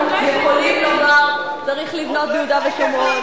זה אומר שאנחנו יכולים לומר: צריך לבנות ביהודה ושומרון,